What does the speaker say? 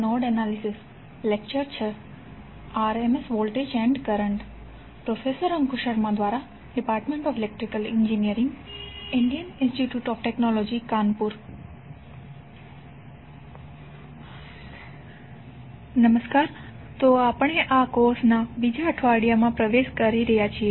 નમસ્કાર તો આપણે આ કોર્સ ના બીજા અઠવાડિયામાં પ્રવેશ કરી રહ્યા છીએ